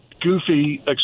Goofy